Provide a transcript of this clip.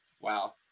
wow